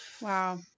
Wow